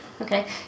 Okay